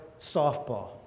softball